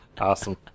Awesome